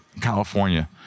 California